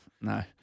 No